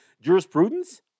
jurisprudence